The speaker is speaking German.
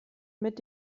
mit